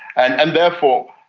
and therefore,